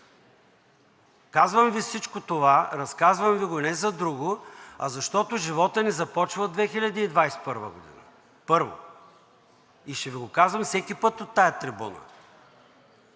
Казвам Ви всичко това, разказвам Ви го не за друго, а защото животът не започва от 2021 г., първо, и ще Ви го казвам всеки път от тази трибуна.